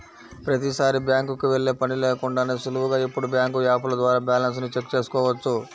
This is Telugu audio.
ప్రతీసారీ బ్యాంకుకి వెళ్ళే పని లేకుండానే సులువుగా ఇప్పుడు బ్యాంకు యాపుల ద్వారా బ్యాలెన్స్ ని చెక్ చేసుకోవచ్చు